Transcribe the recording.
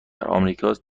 آمریکاست